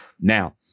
Now